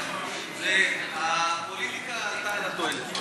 לי חבל, הפוליטיקה הייתה, הפוליטיקה שלכם.